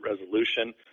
resolution